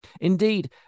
Indeed